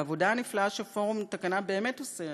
והעבודה הנפלאה שפורום "תקנה" באמת עושה,